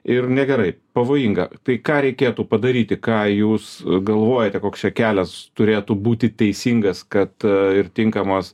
ir negerai pavojinga tai ką reikėtų padaryti ką jūs galvojate koks čia kelias turėtų būti teisingas kad ir tinkamos